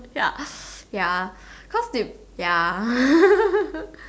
ya ya cause they ya